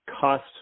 cost